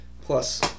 plus